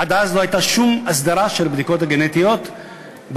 עד אז לא הייתה שום הסדרה של הבדיקות הגנטיות בעולם.